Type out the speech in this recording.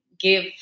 give